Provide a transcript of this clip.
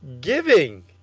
giving